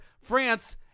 France